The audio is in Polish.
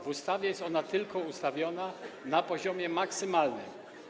W ustawie jest ona ustawiona na poziomie maksymalnym.